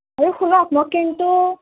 আৰু শুনক মোক কিন্তু